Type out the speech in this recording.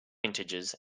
integers